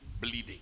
bleeding